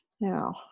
Now